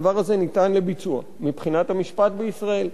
הדבר הזה ניתן לביצוע מבחינת המשפט בישראל.